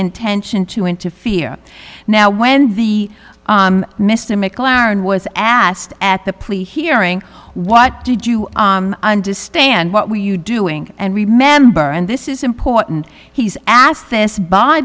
intention to interfere now when the mr mclaren was asked at the plea hearing what did you understand what were you doing and remember and this is important he's asked this by